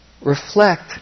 reflect